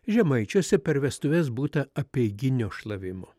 žemaičiuose per vestuves būta apeiginio šlavimo